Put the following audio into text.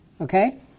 Okay